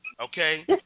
okay